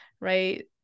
right